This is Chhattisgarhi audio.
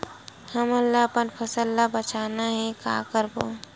हमन ला अपन फसल ला बचाना हे का करबो?